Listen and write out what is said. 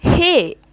Hey